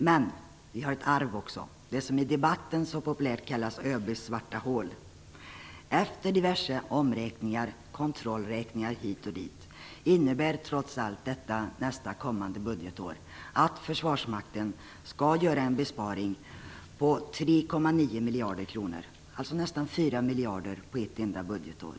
Men vi har också ett arv, det som i debatten populärt kallas ÖB:s svarta hål. Efter diverse omräkningar och kontrollräkningar kommer vi för nästa budgetår fram till att Försvarsmakten skall göra en besparing om 3,9 miljarder kronor - alltså nästan 4 miljarder på ett enda budgetår.